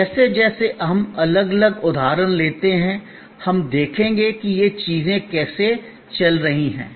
जैसे जैसे हम अलग अलग उदाहरण लेते हैं हम देखेंगे कि ये चीजें कैसे चल रही हैं